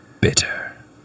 bitter